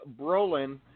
brolin